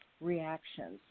reactions